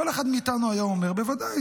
כל אחד מאיתנו היה אומר: בוודאי,